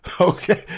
Okay